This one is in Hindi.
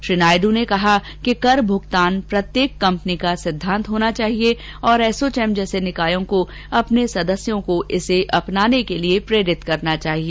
श्री नायडू ने कहा कि कर मुगतान प्रत्येक कंपनी का सिद्धांत होना चाहिए और एसोचौम जैसे निकायों को अपने सदस्यों को इसे अपनाने के लिए प्रेरित करना चाहिए